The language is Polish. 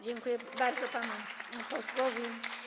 Dziękuję bardzo panu posłowi.